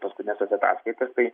paskutines tas ataskaitas tai